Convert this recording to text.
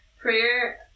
prayer